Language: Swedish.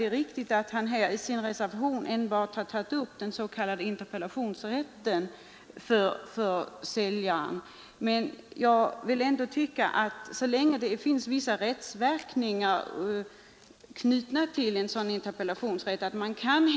Herr Winberg har i sin reservation enbart tagit upp den s.k. interpellationsrätten för säljaren. Det finns vissa rättsverkningar knutna till denna interpellationsrätt.